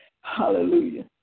Hallelujah